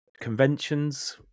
conventions